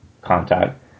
contact